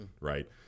right